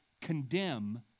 condemn